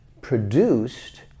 produced